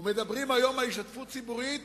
ומדברים היום על השתתפות ציבורית